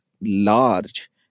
large